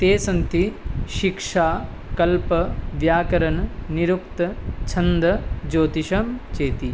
ते सन्ति शिक्षा कल्पः व्याकरणं निरुक्तः छन्दः ज्योतिषं चेति